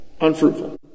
Unfruitful